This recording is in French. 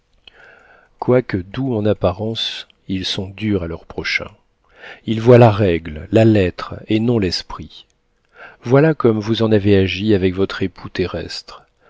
quoique doux en apparence ils sont durs à leur prochain ils voient la règle la lettre et non l'esprit voilà comme vous en avez agi avec votre époux terrestre